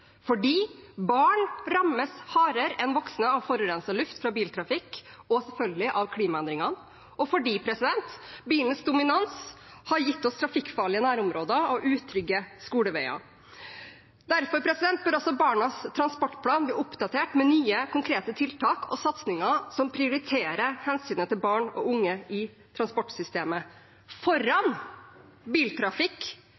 fordi barn rammes hardere enn voksne av forurenset luft fra biltrafikk og – selvfølgelig – av klimaendringene, og fordi bilens dominans har gitt oss trafikkfarlige nærområder og utrygge skoleveier. Derfor bør også Barnas transportplan bli oppdatert med nye, konkrete tiltak og satsinger som prioriterer hensynet til barn og unge i transportsystemet